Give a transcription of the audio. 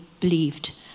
believed